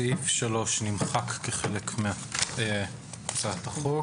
סעיף 3 נמחק, כחלק מהתיקון להצעת החוק.